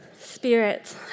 Spirit